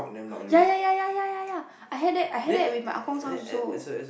ya ya ya ya ya I had that I had that with my Ah-Gong's house also